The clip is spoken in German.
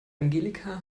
angelika